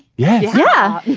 yeah. yeah.